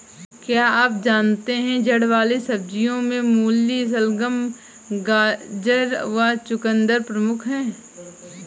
क्या आप जानते है जड़ वाली सब्जियों में मूली, शलगम, गाजर व चकुंदर प्रमुख है?